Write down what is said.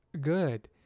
good